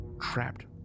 trapped